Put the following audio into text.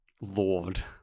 Lord